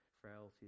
frailties